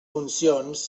funcions